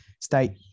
state